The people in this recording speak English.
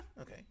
Okay